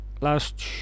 last